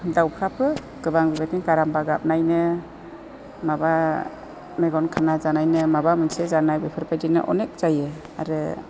दाउफ्राबो गोबां बेबायदिनो गारामा गाबनायनो माबा मेगन खाना जानायनो माबा मोनसे जानाय बेफोरबायदिनो अनेख जायो आरो